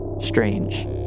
Strange